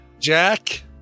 Jack